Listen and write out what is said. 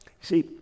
see